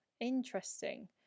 interesting